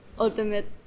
Ultimate